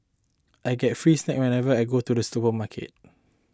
I get free snack whenever I go to the supermarket